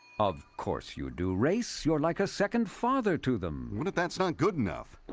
of course you do, race you're like a second father to them. what if that's not good enough,